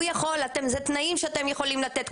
אלה תנאים שאתם יכולים לתת.